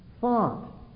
thought